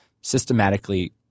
systematically